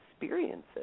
experiences